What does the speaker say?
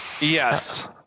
yes